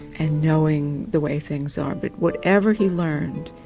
and knowing the way things are. but whatever he learned,